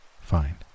Fine